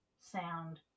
sound